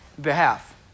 behalf